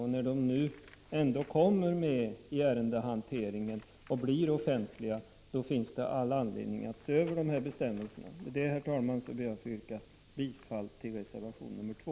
När nu uppgifterna ändå kommer med i ärendehanteringen och blir offentliga finns det all anledning att se över bestämmelserna. Med detta, herr talman, yrkar jag bifall till reservation nr 2.